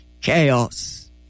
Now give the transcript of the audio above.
chaos